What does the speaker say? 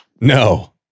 no